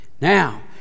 Now